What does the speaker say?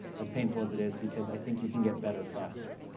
as painful as it is, because i think you can get better faster.